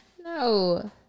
No